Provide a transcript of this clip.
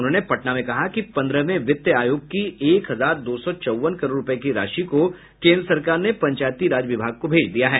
उन्होंने पटना में कहा कि पन्द्रहवे वित्त आयोग की एक हजार दो सौ चौवन करोड़ रूपये की राशि को केन्द्र सरकार ने पंचायती राज विभाग को भेज दिया है